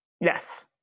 Yes